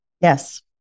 Yes